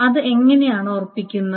അത് എങ്ങനെയാണ് ഉറപ്പിക്കുന്നത്